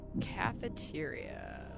Cafeteria